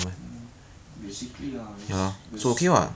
mm basically lah that's that's